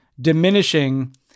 diminishing